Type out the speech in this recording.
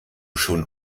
schon